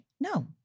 No